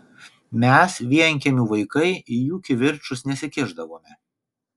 mes vienkiemių vaikai į jų kivirčus nesikišdavome